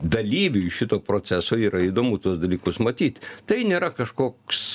dalyviui šito proceso yra įdomu tuos dalykus matyt tai nėra kažkoks